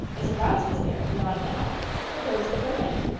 the surprise was there, beyond doubt but where was the delight?